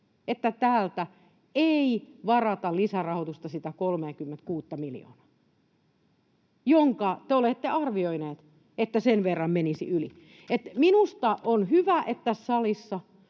että täältä ei varata lisärahoitusta sitä 36:ta miljoonaa, minkä verran te olette arvioineet, että menisi yli. Minusta on hyvä, että salissa